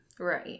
Right